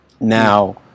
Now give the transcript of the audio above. Now